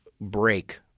break